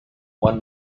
one